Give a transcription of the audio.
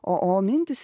o o mintys